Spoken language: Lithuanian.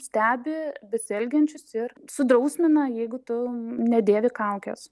stebi besielgiančius ir sudrausmina jeigu tu nedėvi kaukės